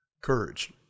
courage